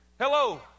Hello